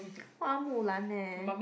Hua-Mu-Lan leh